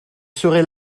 serai